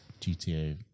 GTA